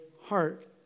heart